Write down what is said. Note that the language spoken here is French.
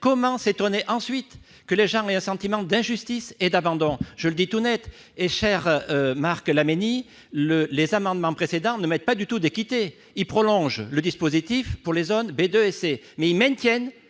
Comment s'étonner, ensuite, que les gens aient un sentiment d'injustice et d'abandon ? Je vous le dis tout net, cher Marc Laménie, les amendements identiques ne vont pas dans le sens de l'équité. Ils prolongent le dispositif pour les zones B2 et C. Ils maintiennent